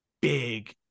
big